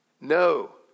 no